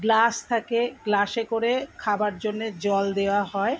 glass থাকে গ্লাসে করে খাবার জন্যে জল দেওয়া হয়